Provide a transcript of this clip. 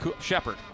Shepard